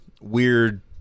weird